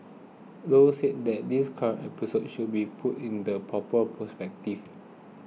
Low said that this current episode should be put in the proper perspective